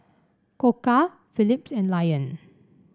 Koka Philips and Lion